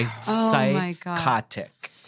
psychotic